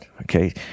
Okay